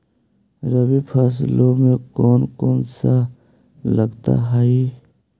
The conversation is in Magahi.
रबी फैसले मे कोन कोन सा लगता हाइय?